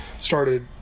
started